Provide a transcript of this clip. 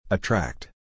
Attract